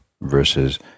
versus